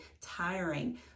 tiring